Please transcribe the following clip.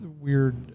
weird